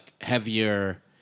heavier